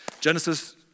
Genesis